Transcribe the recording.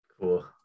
Cool